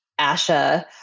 ASHA